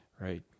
Right